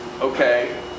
Okay